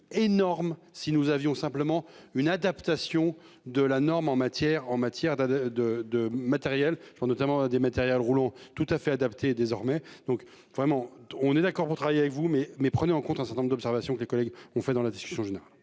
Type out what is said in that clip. énormes, si nous avions simplement une adaptation de la norme en matière, en matière de de de matériel, notamment des matériels roulants. Tout à fait adapté désormais donc vraiment, on est d'accord pour travailler avec vous. Mais mais prenait en compte un certain nombre d'observation que les collègues ont fait dans la discussion générale.